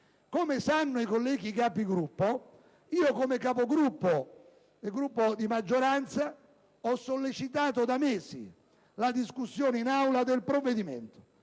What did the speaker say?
Come sanno i colleghi Capigruppo, come Presidente del Gruppo di maggioranza sollecito da mesi la discussione in Aula del provvedimento